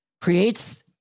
creates